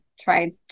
try